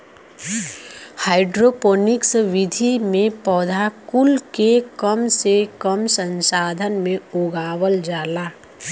hydroponics विधि में पौधा कुल के कम से कम संसाधन में उगावल जाला